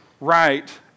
right